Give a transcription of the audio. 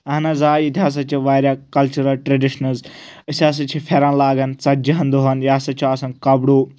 اَہَن حظ آ ییٚتہِ ہسا چھِ واریاہ کَلچُرَل ٹریٚڈِشنٕز أسۍ ہسا چھِ پھَیرَن لاگَان ژتجہن دۄہَن یہِ ہسا چھُ آسان کَپرو